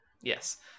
Yes